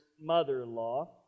mother-in-law